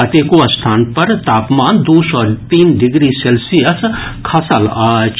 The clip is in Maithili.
कतेको स्थान पर तापमान दू सँ तीन डिग्री सेल्सियस खसल अछि